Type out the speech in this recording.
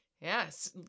Yes